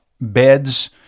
beds